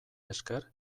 esker